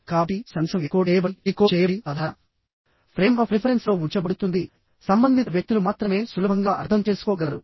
కాబట్టిసందేశం encode చేయబడిడీకోడ్ చేయబడిసాధారణ frame of రిఫరెన్స్లో ఉంచబడుతుందిసంబంధిత వ్యక్తులు మాత్రమే సులభంగా అర్థం చేసుకోగలరు